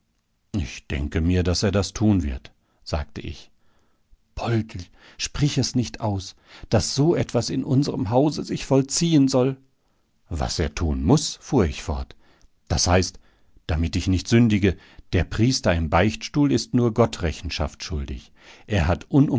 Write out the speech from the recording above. ich denke mir was er tun wird sagte ich poldl sprich es nicht aus daß so etwas in unserem hause sich vollziehen soll was er tun muß fuhr ich fort das heißt damit ich nicht sündige der priester im beichtstuhl ist nur gott rechenschaft schuldig er hat